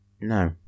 No